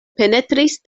penetris